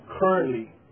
currently